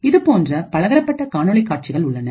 இதுபோன்று பலதரப்பட்ட காணொளி காட்சிகள் உள்ளன